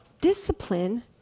Discipline